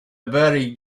very